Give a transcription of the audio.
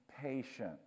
patient